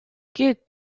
geht